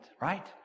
right